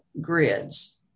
grids